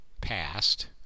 past